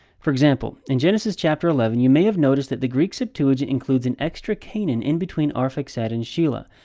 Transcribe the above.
for example, in genesis chapter eleven you may have noticed that the greek septuagint includes an extra cainan in between arphaxad and shalah.